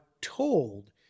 told